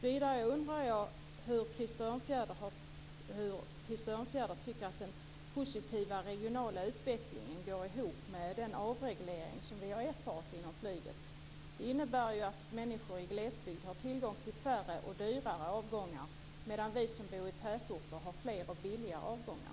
Vidare undrar jag hur Krister Örnfjäder tycker att den positiva regionala utvecklingen går ihop med den avreglering som vi har erfarit inom flyget. Den innebär att människor i glesbygd har tillgång till färre och dyrare avgångar medan vi som bor i tätorter har fler och billigare avgångar.